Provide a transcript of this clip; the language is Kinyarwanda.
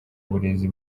burezi